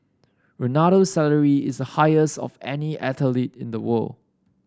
Ronaldo's salary is a highest of any athlete in the world